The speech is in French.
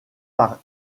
par